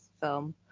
film